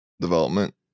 development